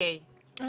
אני